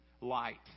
light